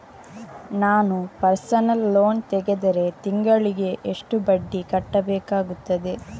ನಾನು personal loan ತೆಗೆದರೆ ತಿಂಗಳಿಗೆ ಎಷ್ಟು ಬಡ್ಡಿ ಕಟ್ಟಬೇಕಾಗುತ್ತದೆ?